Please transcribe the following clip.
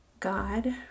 God